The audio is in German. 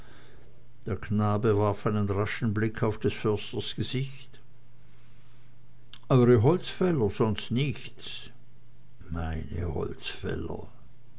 der knabe warf einen raschen blick auf des försters gesicht eure holzfäller sonst nichts meine holzfäller